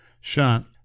shunt